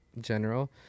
general